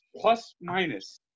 plus-minus –